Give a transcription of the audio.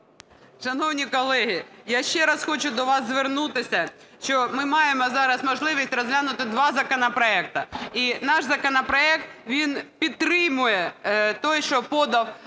Шановні колеги, я ще раз хочу до вас звернутися, що ми маємо зараз можливість розглянути два законопроекти. І наш законопроект, він підтримує той, що подав